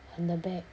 on the back